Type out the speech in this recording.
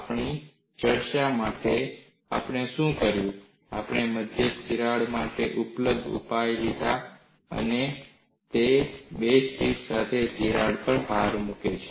આપણી ચર્ચા માટે આપણે શું કર્યું આપણે મધ્યસ્થ તિરાડ માટે ઉપલબ્ધ ઉપાય લીધો અને તે બે ટીપ્સ સાથે તિરાડ પર ભાર મૂકે છે